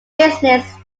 business